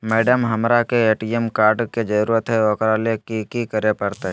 Madam, हमरा के ATM card के जरूरत है ऊकरा ले की की करे परते?